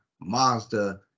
Mazda